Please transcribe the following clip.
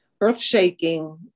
earth-shaking